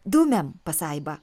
dumiam pasaiba